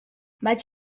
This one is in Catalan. vaig